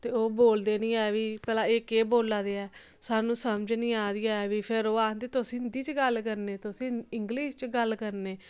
ते ओह् बोलदे निं ऐ बी भला एह् केह् बोला दे ऐ सानूं समझ निं आ दी ऐ फिर ओह् आखदे तुसें हिंदी च गल्ल करने तुसें इंग्लिश च गल्ल करने